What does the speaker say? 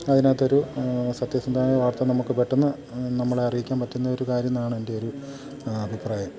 അതിനകത്തൊരു സത്യസന്ധമായ വാർത്ത നമുക്ക് പെട്ടെന്ന് നമ്മളെ അറിയിക്കാൻ പറ്റുന്ന ഒരു കാര്യം എന്നാണ് എൻ്റെ ഒരു അഭിപ്രായം